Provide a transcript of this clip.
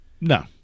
No